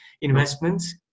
investments